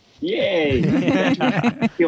yay